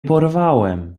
porwałem